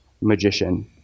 magician